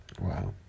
Wow